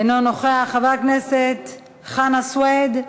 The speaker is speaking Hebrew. אינו נוכח, חבר הכנסת חנא סוייד,